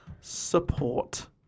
support